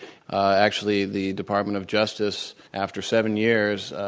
actually the department of justice, after seven years,